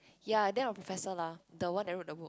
ya then my professor lah the one that wrote the book